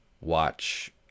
watch